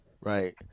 right